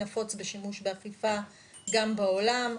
נפוץ בשימוש באכיפה גם בעולם.